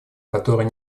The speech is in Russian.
которая